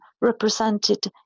represented